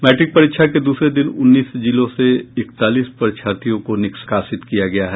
matric परीक्षा के दूसरे दिन उन्नीस जिलों से इकतालीस परीक्षार्थियों को निष्कासित किया गया है